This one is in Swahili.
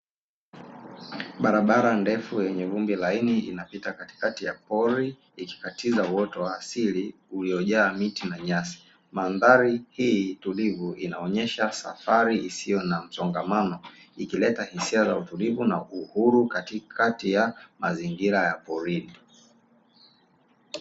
Barabara ndefu yenye vumbi laini inapita katikati ya pori ikikatiza uoto wa asili uliojaa miti na nyasi, madhari hii tulivu inaonyesha safari isiyo na msongamano ikileta hisia za utulivu na uhuru katikati ya mazingira ya porini.